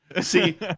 See